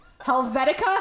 helvetica